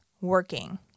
working